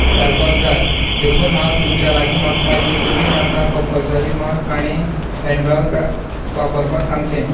घालपाक जाय देखून हांव तुमच्या लागीं मागतां की तुमी तांकां कम्पलसरी मास्क आनी हॅण्ड ग्लावज गा वापरपाक सांगचें